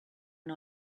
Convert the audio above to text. and